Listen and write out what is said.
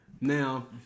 Now